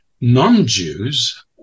non-Jews